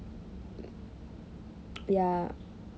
ya